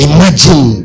Imagine